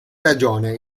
ragione